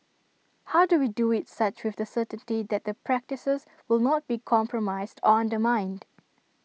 how do we do IT such with the certainty that the practices will not be compromised or undermined